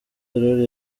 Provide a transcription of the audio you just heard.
aurore